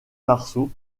marceau